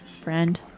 friend